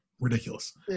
Ridiculous